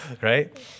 Right